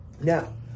Now